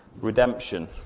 redemption